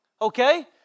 Okay